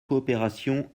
coopérations